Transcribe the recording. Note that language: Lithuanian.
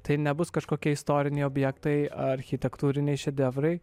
tai nebus kažkokie istoriniai objektai architektūriniai šedevrai